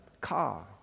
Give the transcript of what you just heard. car